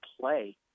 play